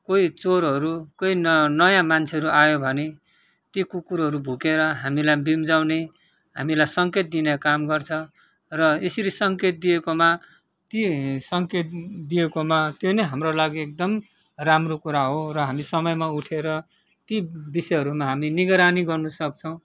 कोही चोरहरू कोही न नयाँ मान्छेहरू आयो भने ती कुकुरहरू भुकेर हामीलाई ब्युँझाउने हामीलाई सङ्केत दिने काम गर्छ र यसरी सङ्केत दिएकोमा ती सङ्केत दिएकोमा त्यो नै हाम्रो लागि एकदम राम्रो कुरा हो र हामी समयमा उठेर ती विषयहरूमा हामी निगरानी गर्न सक्छौँ